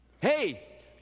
Hey